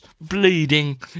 bleeding